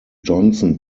johnson